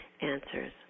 Answers